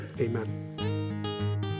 Amen